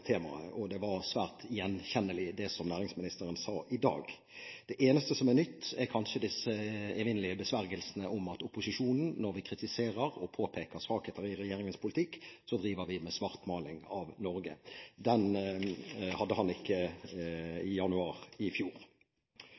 temaet. Det var svært gjenkjennelig det næringsministeren sa i dag. Det eneste som er nytt, er kanskje de evinnelige besvergelsene om at når opposisjonen kritiserer og påpeker svakheter ved regjeringens politikk, driver vi med svartmaling av Norge. Den hadde han ikke i januar i fjor.